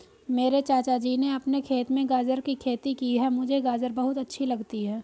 मेरे चाचा जी ने अपने खेत में गाजर की खेती की है मुझे गाजर बहुत अच्छी लगती है